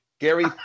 Gary